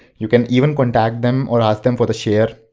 you can even contact them or ask them for the share,